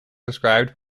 described